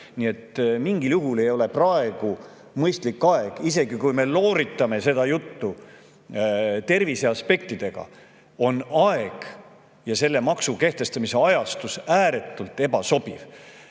et mingil juhul ei ole praegu selleks mõistlik aeg, isegi kui me looritame seda juttu terviseaspektidega. Aeg ja selle maksu kehtestamise ajastus on ääretult ebasobivad.